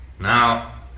Now